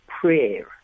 prayer